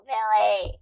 Billy